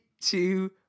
two